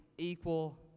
Equal